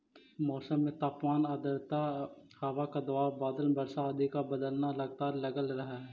मौसम में तापमान आद्रता हवा का दबाव बादल वर्षा आदि का बदलना लगातार लगल रहअ हई